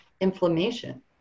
inflammation